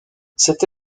cette